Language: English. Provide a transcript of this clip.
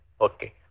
Okay